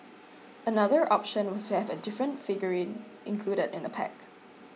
another option was to have a different figurine included in the pack